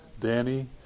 Danny